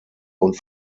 und